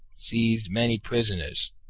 seized many prisoners,